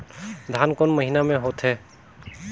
धान कोन महीना मे होथे?